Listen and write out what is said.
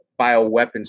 bioweapons